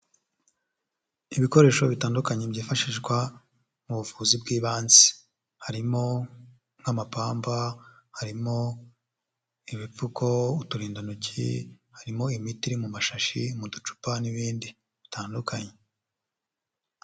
Ibikoresho bitandukanye byifashishwa mu buvuzi bw'ibanze, harimo nk'amapamba, harimo ibipfuko, uturindantoki, harimo imiti iri mu mashashi, mu ducupa n'ibindi dutandukanye.